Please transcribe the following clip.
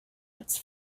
its